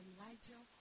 Elijah